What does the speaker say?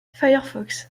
firefox